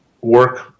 work